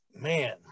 man